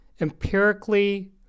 empirically